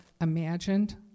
imagined